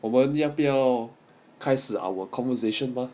我们要不要开始 our conversation 呢